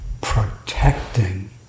protecting